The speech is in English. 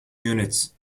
units